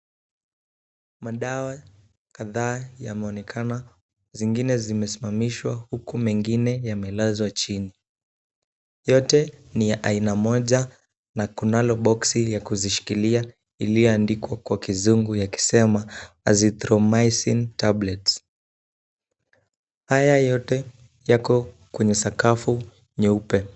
Madawa kadhaa yameonekana. Zingine zimesimamishwa huku mengine yamelazwa chini. Yote ni ya aina moja na kunalo [boksi] ya kuzishikilia iliyoandikwa kwa kizungu yakisema; [ Azithromycin tablets]. Haya yote yako kwenye sakafu nyeupe.